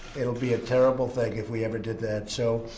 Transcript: it'll be a terrible thing if we ever did that. so,